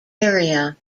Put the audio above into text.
area